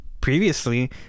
previously